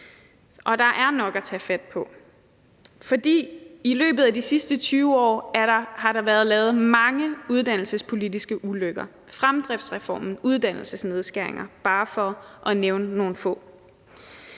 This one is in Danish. og der er nok at tage fat på. For i løbet af de sidste 20 år er der blevet lavet mange uddannelsespolitiske ulykker som f.eks. fremdriftsreformen og uddannelsesnedskæringer, bare for at nævne nogle få.